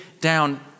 down